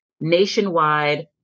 nationwide